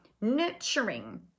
nurturing